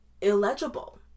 illegible